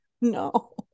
no